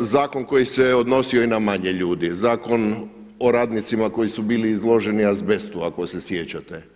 zakon koji se odnosio i na manje ljudi, zakon o radnicima koji su bili izloženi azbestu ako se sjećate.